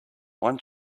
one